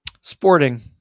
Sporting